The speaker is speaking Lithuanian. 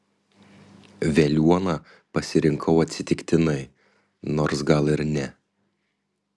veliuoną pasirinkau atsitiktinai nors gal ir ne